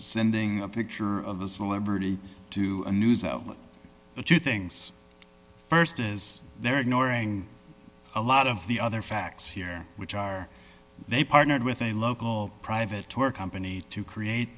sending a picture of a celebrity to a news outlet or two things st is they're ignoring a lot of the other facts here which are they partnered with a local private tour company to create